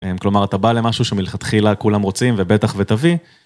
כלומר אתה בא למשהו שמלכתחילה כולם רוצים ובטח ותביא.